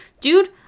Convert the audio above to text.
Dude